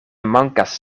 mankas